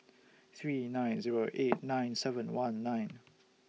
three nine Zero eight nine seven one nine